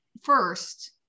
first